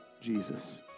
Jesus